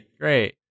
Great